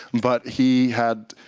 but he had,